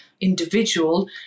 individual